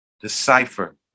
decipher